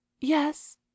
yes